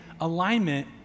alignment